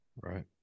right